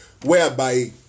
whereby